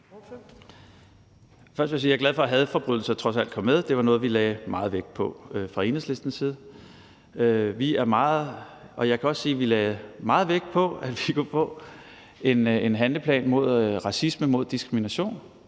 Først vil jeg sige, at jeg er glad for, at hadforbrydelser trods alt kom med, for det var noget, vi lagde meget vægt på fra Enhedslistens side. Jeg kan også sige, at vi lagde meget vægt på, at vi kunne få en handleplan mod racisme, mod diskrimination,